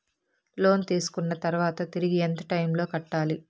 లోను తీసుకున్న తర్వాత తిరిగి ఎంత టైములో కట్టాలి